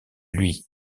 lui